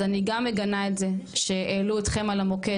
אז אני גם מגנה את זה שהעלו אתכם על המוקד,